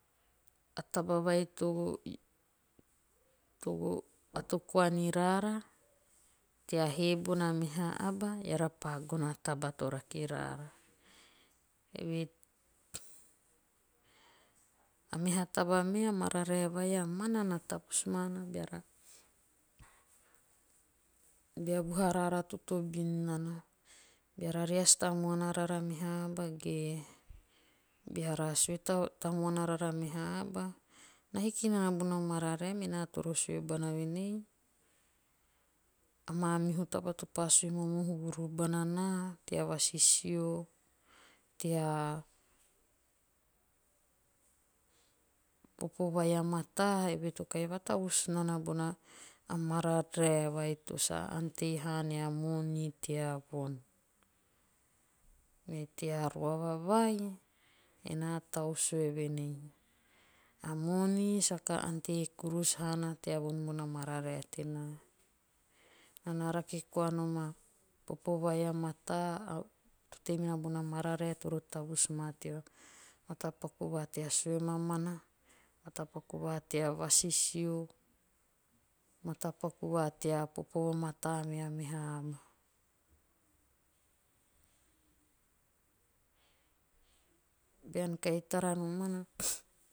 A taba vai to ato koa ni roara tea hee bona meha aba. eara pa gono a taba to rake niraara. Eve. A meha taba me. a mararae vai a mana na tavus mana beara. bea vuha raara totobin nana. Beara reas tamuana rara meha aba ge. beara sue tamuana rara meha aba. na hiki nana bona mararae. mena toro sue bana voenei. amamihu taba topo sue momohu vuru bana naa. tea vasisio. tea popo vai a mataa. eve to kahi vatavus nana bona mararae vai to sa ante haa nia moni tea von. Me tea roava vai. enoa tau sue voenei. a moni saka ante haana tea von bona mararae tenaa. Naa rake koa nom a popo vai a mataa. to ei minana bona mararae toro tavus maa tea matapaku va tea sue mamani. matapaku va tea vasisio. matapaku va tea popo va mataa mea meha aba. Bean kahi tara nomana.